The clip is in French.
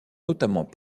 notamment